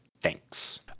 Thanks